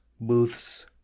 booths